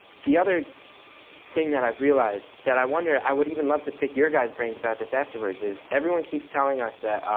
the other thing that i've realized, that i wonder, i would even love to pick your guys' brains about this afterwards, is everyone keeps telling us that,